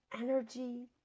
energy